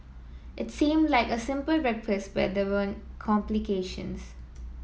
it seemed like a simple request but there were complications